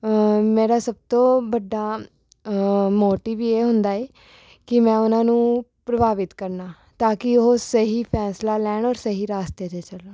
ਮੇਰਾ ਸਭ ਤੋਂ ਵੱਡਾ ਮੋਟਿਵ ਇਹ ਹੁੰਦਾ ਹੈ ਕਿ ਮੈਂ ਉਹਨਾਂ ਨੂੰ ਪ੍ਰਭਾਵਿਤ ਕਰਨਾ ਤਾਂ ਕਿ ਉਹ ਸਹੀ ਫੈਸਲਾ ਲੈਣ ਔਰ ਸਹੀ ਰਾਸਤੇ 'ਤੇ ਚੱਲਣ